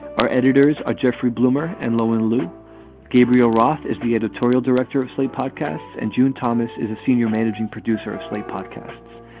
our editors are jeffrey bloomer and lo and luke gabriel roth is the editorial director of slate podcasts and june thomas is a senior managing producer of slate podcasts.